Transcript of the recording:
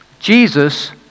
Jesus